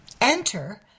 Enter